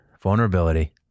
Vulnerability